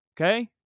okay